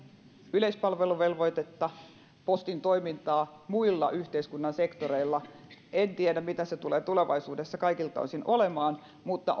yleispalveluvelvoitetta postin toimintaa muilla yhteiskunnan sektoreilla niin kuin ministeri marin sanoi en tiedä mitä se tulee tulevaisuudessa kaikilta osin olemaan mutta